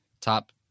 top